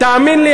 תאמין לי,